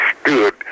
stood